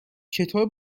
چطور